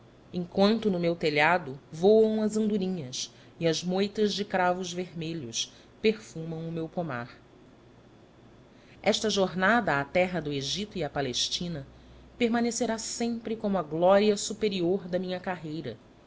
enquanto no meu telhado voam as andorinhas e as moutas de cravos vermelhos perfumam o meu pomar esta jornada à terra do egito e à palestina permanecerá sempre como a glória superior da minha carreira